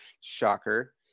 shocker